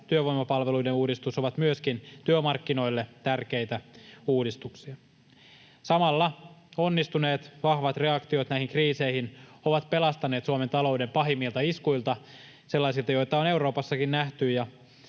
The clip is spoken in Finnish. työvoimapalveluiden uudistus ovat myöskin työmarkkinoille tärkeitä uudistuksia. Samalla onnistuneet vahvat reaktiot näihin kriiseihin ovat pelastaneet Suomen talouden pahimmilta iskuilta, sellaisilta, joita on Euroopassakin nähty,